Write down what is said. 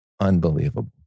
unbelievable